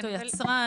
אותו יצרן,